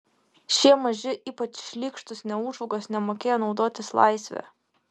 šie maži ypač šlykštūs neūžaugos nemokėjo naudotis laisve